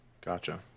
gotcha